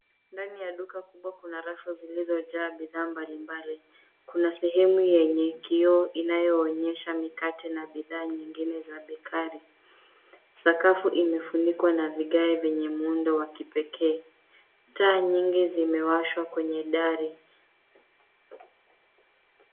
Ndani ya duka kubwa kuna rafu zilizojaa bidhaa mbalimbali. Kuna sehemu yenye kioo inayoonyesha mikate na bidhaa zingine za bakery . Sakafu imefunikwa na vigae vyenye muundo wa kipekee. Taa nyingi zimewashwa kwenye dari.